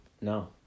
No